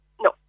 No